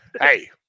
Hey